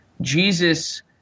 Jesus